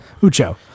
ucho